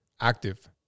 active